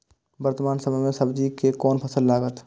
वर्तमान समय में सब्जी के कोन फसल लागत?